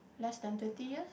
less than twenty years